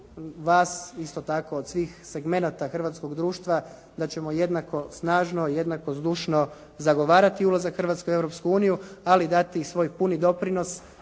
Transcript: vas, isto tako od svih segmenata hrvatskog društva da ćemo jednako snažno i jednako zdušno zagovarati ulazak Hrvatske u Europsku uniju ali dati i svoj puni doprinos